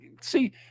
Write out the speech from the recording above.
See